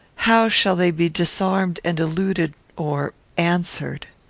how shall they be disarmed and eluded, or answered?